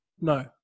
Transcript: no